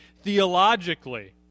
theologically